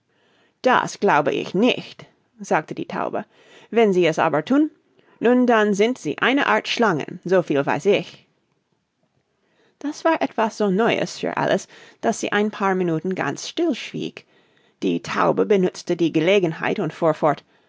das glaube ich nicht sagte die taube wenn sie es aber thun nun dann sind sie eine art schlangen so viel weiß ich das war etwas so neues für alice daß sie ein paar minuten ganz still schwieg die taube benutzte die gelegenheit und